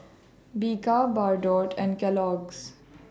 Bika Bardot and Kellogg's